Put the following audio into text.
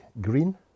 green